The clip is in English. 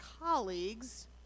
colleagues